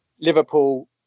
Liverpool